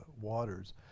waters